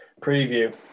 preview